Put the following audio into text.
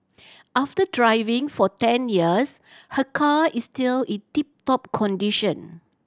after driving for ten years her car is still in tip top condition